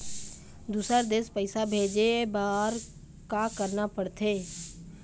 दुसर देश पैसा भेजे बार का करना पड़ते?